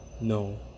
no